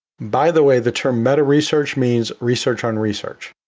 by the way, the term meta-research means research on research.